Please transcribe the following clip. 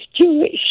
Jewish